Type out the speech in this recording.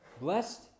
Blessed